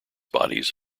bodies